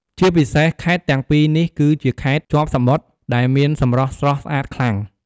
ជាពិសេស ខេត្តទាំងពីរនេះគឺជាខេត្តជាប់សមុទ្រដែលមានសម្រស់ស្រស់ស្អាតខ្លាំង។